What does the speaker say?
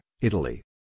Italy